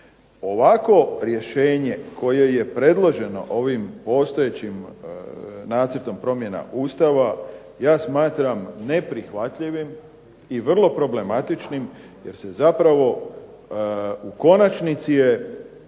Ovako rješenje koje je predloženo ovim postojećim nacrtom promjena Ustava ja smatram neprihvatljivim i vrlo problematičnim, jer se zapravo u konačnici je